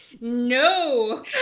No